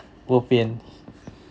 bo pian